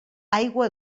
aigua